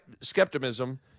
skepticism